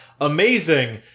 amazing